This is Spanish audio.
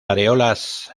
areolas